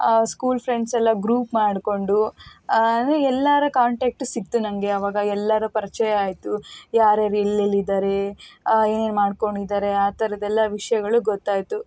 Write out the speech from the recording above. school ಫ್ರೆಂಡ್ಸೆಲ್ಲ group ಮಾಡಿಕೊಂಡು ಅಂದರೆ ಎಲ್ಲರ ಕಾಂಟಾಕ್ಟು ಸಿಕ್ಕಿತು ನನಗೆ ಆವಾಗ ಎಲ್ಲರ ಪರಿಚಯ ಆಯ್ತು ಯಾರ್ಯಾರು ಎಲ್ಲೆಲ್ಲಿದ್ದಾರೆ ಏನೇನು ಮಾಡಿಕೊಂಡಿದ್ದಾರೆ ಆ ಥರದ್ದೆಲ್ಲ ವಿಷಯಗಳು ಗೊತ್ತಾಯಿತು